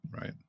Right